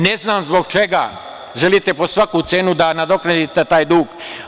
Ne znam zbog čega želite po svaku cenu da nadoknadite taj dug.